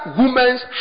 women's